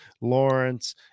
Lawrence